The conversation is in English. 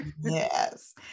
Yes